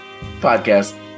Podcast